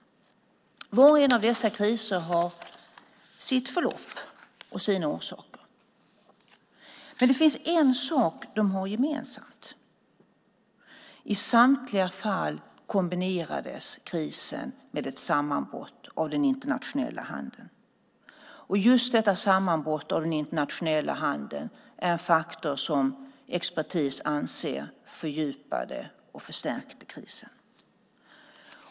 Var och en av dessa kriser har sitt förlopp och sina orsaker. Men det finns en sak de har gemensamt. I samtliga fall kombinerades krisen med ett sammanbrott av den internationella handeln. Just detta sammanbrott av den internationella handeln är en faktor som expertis anser fördjupade och förstärkte krisen.